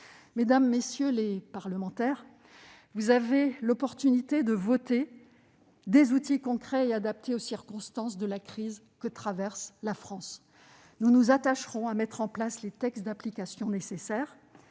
Mesdames, messieurs les sénateurs, vous avez l'opportunité de voter des outils concrets et adaptés aux circonstances de la crise que traverse la France. Nous nous attacherons à prendre les textes d'application nécessaires.